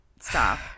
stop